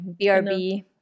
brb